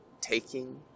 Taking